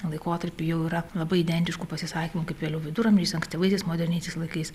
laikotarpiu jau yra labai identiškų pasisakymų kaip vėliau viduramžiais ankstyvaisiais moderniaisiais laikais